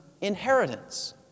inheritance